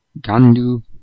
Gandu